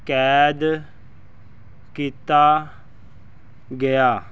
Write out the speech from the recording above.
ਕੈਦ ਕੀਤਾ ਗਿਆ